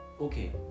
okay